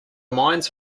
mines